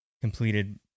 completed